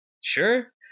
sure